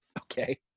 Okay